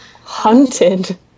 hunted